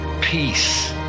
peace